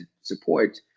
support